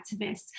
activists